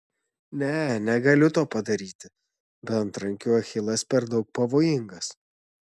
ne negaliu to padaryti be antrankių achilas per daug pavojingas